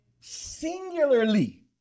singularly